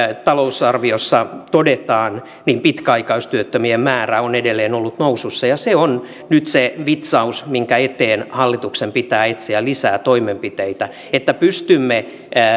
talousarviossa todetaan pitkäaikaistyöttömien määrä on edelleen ollut nousussa ja se on nyt se vitsaus minkä eteen hallituksen pitää etsiä lisää toimenpiteitä että pystymme